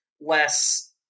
less